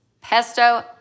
pesto